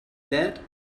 that